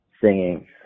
singing